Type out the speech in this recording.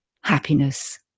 happiness